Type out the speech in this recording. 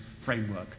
framework